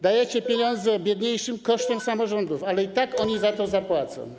Dajecie pieniądze biedniejszym kosztem samorządów, ale i tak oni za to zapłacą.